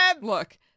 look